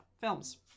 films